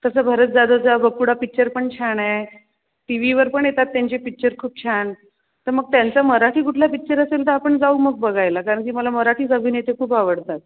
तसं भरत जाधवचा बकुळा पिक्चर पण छान आहे टी वीवर पण येतात त्यांचे पिक्चर खूप छान तर मग त्यांचा मराठी कुठला पिक्चर असेल तर आपण जाऊ मग बघायला कारण की मला मराठीच अभिनेते खूप आवडतात